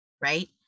right